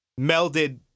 melded